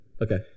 okay